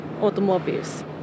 automobiles